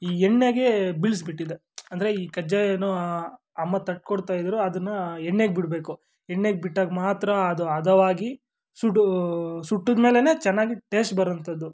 ಈ ಎಣ್ಣೆಗೆ ಬೀಳಿಸ್ಬಿಟ್ಟಿದ್ದೆ ಅಂದರೆ ಈ ಕಜ್ಜಾಯನ ಅಮ್ಮ ತಟ್ಟಿಕೊಡ್ತಾ ಇದ್ದರು ಅದನ್ನ ಎಣ್ಣೆಗೆ ಬಿಡಬೇಕು ಎಣ್ಣೆಗೆ ಬಿಟ್ಟಾಗ ಮಾತ್ರ ಅದು ಹದವಾಗಿ ಸುಡು ಸುಟ್ಟಿದ ಮೇಲೇ ಚೆನ್ನಾಗಿ ಟೇಸ್ಟ್ ಬರೋವಂಥದ್ದು